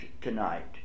tonight